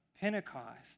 Pentecost